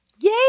Yay